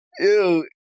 Ew